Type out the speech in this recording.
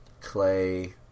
Clay